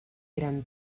eran